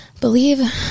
believe